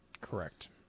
Correct